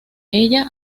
ella